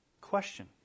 question